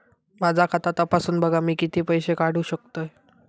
माझा खाता तपासून बघा मी किती पैशे काढू शकतय?